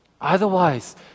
Otherwise